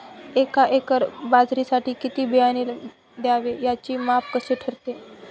एका एकर बाजरीसाठी किती बियाणे घ्यावे? त्याचे माप कसे ठरते?